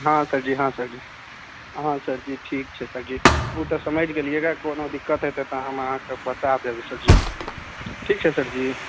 हँ सर जी हँ सर जी हँ सर जी ठीक छै सर जी ओ तऽ समझि गेलियै रऽ कोनो दिक्कत हेतै तऽ हम अहाँके बता देब सर जी ठीक छै सर जी